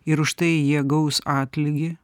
ir už tai jie gaus atlygį